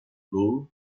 bloor